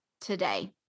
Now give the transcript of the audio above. today